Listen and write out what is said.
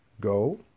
Go